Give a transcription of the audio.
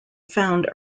found